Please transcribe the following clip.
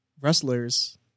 wrestlers